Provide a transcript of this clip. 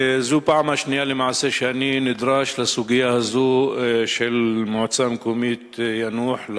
זו פעם שנייה שאני נדרש לסוגיה הזו של המועצה המקומית יאנוח,